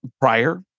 prior